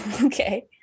Okay